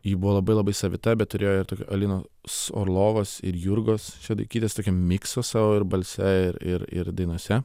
ji buvo labai labai savita bet turėjo alinos orlovos ir jurgos šeduikytės tokio mikso savo ir balse ir ir ir dainose